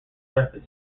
surface